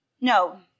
No